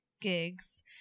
gigs